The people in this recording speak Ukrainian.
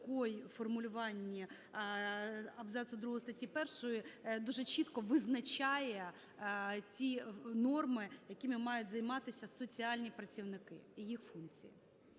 такому формулюванні абзацу другого статті 1 дуже чітко визначає ті норми, якими мають займатися соціальні працівники і їх функції.